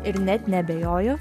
ir net neabejoju